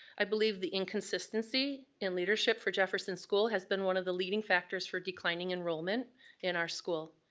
i believe the inconsistency in leadership for jefferson school has been one of the leading factors for declining enrollment in our school.